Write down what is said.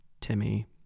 Timmy